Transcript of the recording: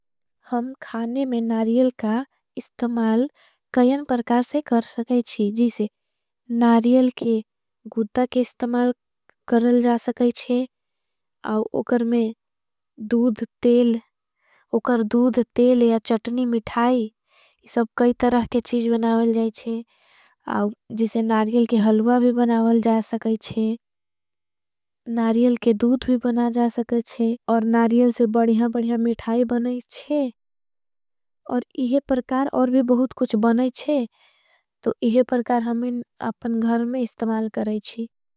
हम खाने में नारियल का इस्तमाल कईयान परकार से। कर सकेच्छे जिसे नारियल के गुद्धा के इस्तमाल करल। जा सकेच्छे औकर में दूद तेल या चटनी मिठाई ये सब। कई तरह के चीज़ बनावल जाईच्छे जिसे नारियल के हलवा। भी बनावल जा सकेच् और इहे परकार और भी बहुत कुछ। बनाईच्छे तो इहे परकार हम अपने घ़र में इस्तमाल कराईच्छी।